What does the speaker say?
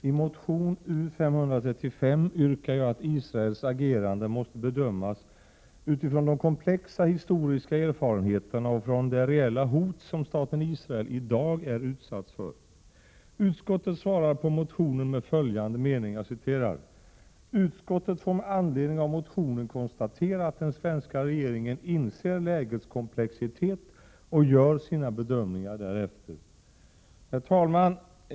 Herr talman! I motion US35 yrkar jag att Israels agerande måste bedömas utifrån de komplexa historiska erfarenheterna och från det reella hot som staten Israel i dag är utsatt för. Utskottet bemöter detta med följande mening: ”Utskottet får med anledning av motionen konstatera att den svenska regeringen inser lägets komplexitet och gör sina bedömningar därefter.” Herr talman!